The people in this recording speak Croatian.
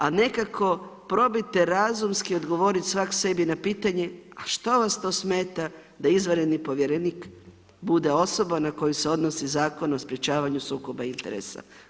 A nekako probajte razumski odgovorit svak sebi na pitanje, a što vas to smeta da izvanredni povjerenik bude osoba na koju se odnosi Zakon o sprječavanju sukoba interesa?